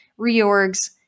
reorgs